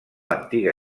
antiga